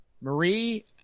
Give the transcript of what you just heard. Marie